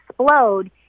explode